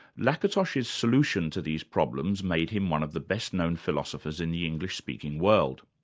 lakatsos's solution to these problems made him one of the best-known philosophers in the english-speaking world.